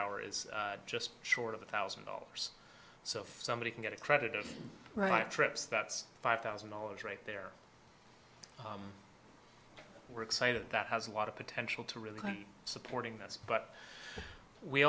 hour is just short of a thousand dollars so if somebody can get a credit right trips that's five thousand dollars right there we're excited that has a lot of potential to really supporting this but we